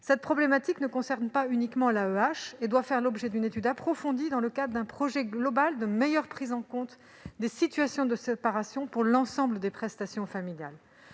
cette problématique ne concerne pas uniquement l'AEEH et doit faire l'objet d'une étude approfondie dans le cadre d'un projet global de meilleure prise en compte des situations de séparation, pour l'ensemble des prestations familiales.